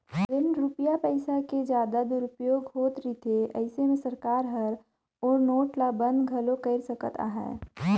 जेन रूपिया पइसा के जादा दुरूपयोग होत रिथे अइसे में सरकार हर ओ नोट ल बंद घलो कइर सकत अहे